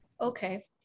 Okay